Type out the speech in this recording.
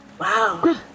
Wow